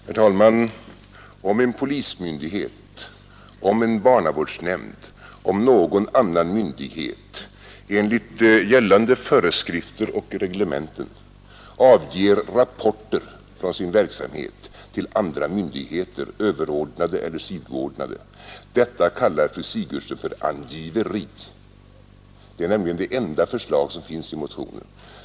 Herr talman! Om en polismyndighet, om en barnavårdsnämnd, om någon annan myndighet enligt gällande föreskrifter och reglementen avger rapporter från sin verksamhet till andra myndigheter, överordnade eller sidoordnade, kallar fru Sigurdsen detta för angiveri. Det är nämligen det enda förslag som finns i motionen.